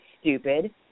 stupid